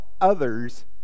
others